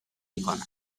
میکنن